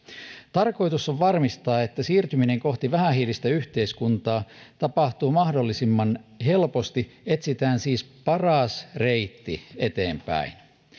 tarkoitus on varmistaa että siirtyminen kohti vähähiilistä yhteiskuntaa tapahtuu mahdollisimman helposti etsitään siis paras reitti eteenpäin